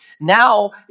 now